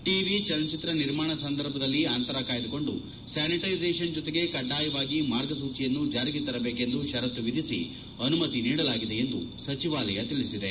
TV ಚಲನಚಿತ್ರ ನಿರ್ಮಾಣ ಸಂದರ್ಭದಲ್ಲಿ ಅಂತರ ಕಾಯ್ದುಕೊಂಡು ಸ್ಲಾನಿಟ್ಯೆಜೀಷನ್ ಜೊತೆಗೆ ಕಡ್ನಾಯವಾಗಿ ಮಾರ್ಗಸೂಚಿಯನ್ನು ಜಾರಿಗೆ ತರಬೇಕೆಂದು ಷರತ್ತು ವಿಧಿಸಿ ಅನುಮತಿ ನೀಡಲಾಗಿದೆ ಎಂದು ಸಚಿವಾಲಯ ತಿಳಿಸಿದೆ